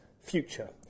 future